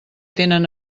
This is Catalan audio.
tenen